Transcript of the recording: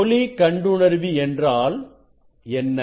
ஒளி கண்டுணர்வி என்றால் என்ன